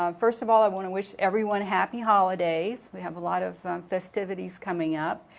um first of all i want to wish everyone happy holidays. we have a lot of festivities coming up.